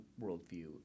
worldview